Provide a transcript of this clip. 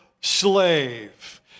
slave